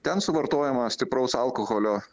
ten suvartojama stipraus alkoholio